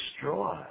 Destroy